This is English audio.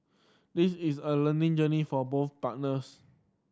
this is a learning journey for both partners